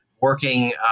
working